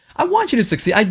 i want you to succeed, i